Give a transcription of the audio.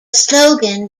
slogan